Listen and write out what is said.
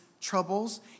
troubles